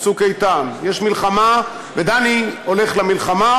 "צוק איתן" יש מלחמה, ודני הולך למלחמה,